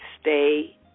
Stay